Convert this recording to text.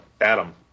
Adam